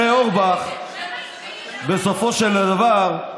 הרי אורבך, בסופו של דבר,